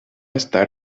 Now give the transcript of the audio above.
estar